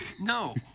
No